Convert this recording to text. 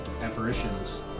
apparitions